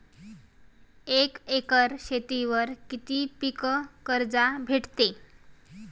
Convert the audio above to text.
एक एकर शेतीवर किती पीक कर्ज भेटते?